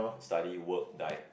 study work die